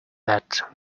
that